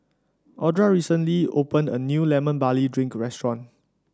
Audra recently opened a new Lemon Barley Drink Restaurant